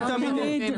לא תמיד.